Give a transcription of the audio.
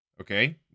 Okay